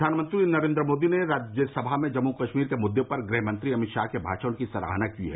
प्रधानमंत्री नरेन्द्र मोदी ने राज्यसभा में जम्मू कश्मीर के मुद्दे पर गृहमंत्री अमित शाह के भाषण की सराहना की है